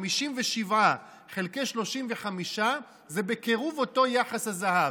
57 חלקי 35 זה בקירוב אותו יחס הזהב,